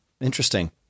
Interesting